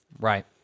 Right